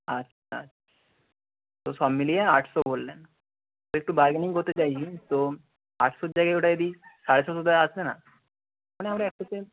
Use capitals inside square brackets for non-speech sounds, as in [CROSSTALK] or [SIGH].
আচ্ছা তো সব মিলিয়ে আটশো বললেন একটু বারগেনিং করতে চাইছি তো আটশোর জায়গায় ওটা যদি সাড়ে ছশোতে আসবে না মানে আমরা একটু [UNINTELLIGIBLE]